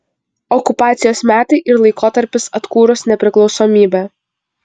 okupacijos metai ir laikotarpis atkūrus nepriklausomybę